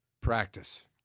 practice